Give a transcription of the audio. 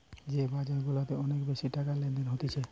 যে বাজার গুলাতে অনেক বেশি টাকার লেনদেন হতিছে